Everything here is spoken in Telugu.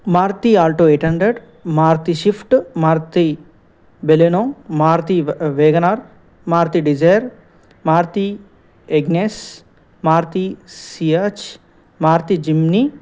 Maruti Alto eight hundred Maruti Swift Maruti Baleno Maruti WagonR Maruti Dzire Maruti Ignis Maruti sedan Maruti Jimmy